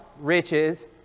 riches